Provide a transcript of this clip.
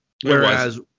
Whereas